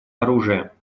оружия